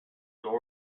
john